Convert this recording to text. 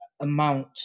amount